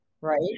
right